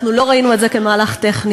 אנחנו לא ראינו את זה כמהלך טכני,